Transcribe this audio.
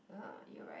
you're right